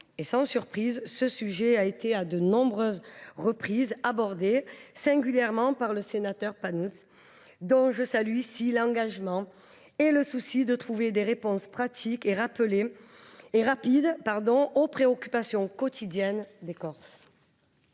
Sans surprise, ce sujet a été abordé à de nombreuses reprises, singulièrement par le sénateur Jean Jacques Panunzi, dont je salue ici l’engagement et le souci de trouver des réponses pratiques et rapides aux préoccupations quotidiennes des Corses.